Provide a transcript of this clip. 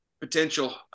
potential